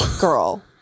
Girl